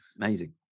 amazing